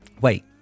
Wait